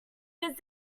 since